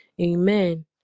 Amen